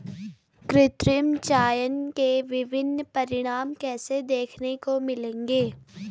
कृत्रिम चयन के विभिन्न परिणाम कैसे देखने को मिलेंगे?